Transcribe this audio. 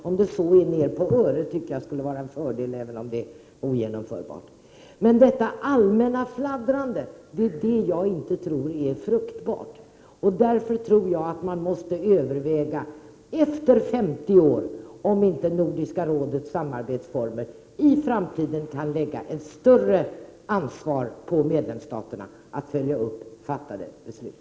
Om det så är på öret tycker jag att det skulle vara en fördel, även om det är ogenomförbart. Men detta allmänna fladdrande tror jag inte är fruktbart. Därför tror jag att man måste överväga, efter femtio år, om inte Nordiska rådets samarbetsformer i framtiden kan lägga ett större ansvar på medlemsstaterna att följa upp fattade beslut.